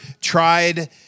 tried